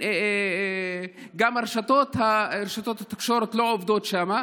גם רשתות התקשורת לא עובדות שם,